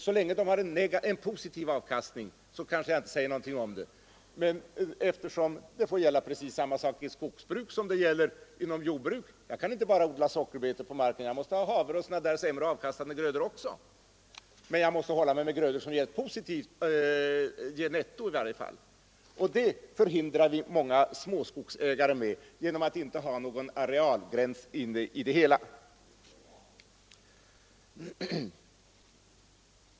Så länge de har en positiv avkastning säger jag intenting om det, eftersom samma sak bör gälla inom skogsbruk som gäller inom jordbruk. Jag kan inte bara odla sockerbetor, jag måste ha havre och sämre avkastande grödor också. Men jag måste hålla mig med grödor som i varje fall ger ett netto. Det hindrar vi många småskogsägare från genom att inte ha någon arealgräns.